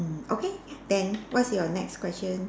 mm okay then what's your next question